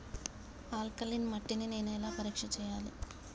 Alkaline మట్టి ని నేను ఎలా పరీక్ష చేయాలి?